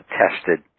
tested